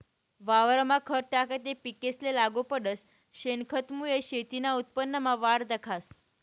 वावरमा खत टाकं ते पिकेसले लागू पडस, शेनखतमुये शेतीना उत्पन्नमा वाढ दखास